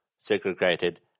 Segregated